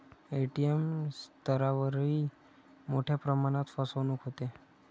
ATM स्तरावरही मोठ्या प्रमाणात फसवणूक होते